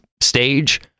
stage